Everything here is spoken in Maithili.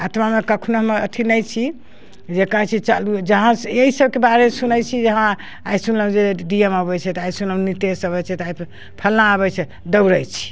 आत्मामे कखनो हमर अथी नहि छी जे कहैत छी चलू जहाँ से एहि सभकेँ बारेमे सुनैत छी जे हँ आइ सुनलहुँ जे डी डी एम अबैत छथि आइ सुनलहुँ नितिश अबैत छथि तऽ आइ फल्लाँ अबैत छथि दौड़ैत छी